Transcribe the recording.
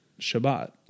Shabbat